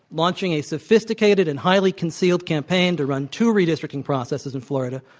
launching a sophisticated and highly concealed campaign to run two redistricting processes in florida,